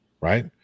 right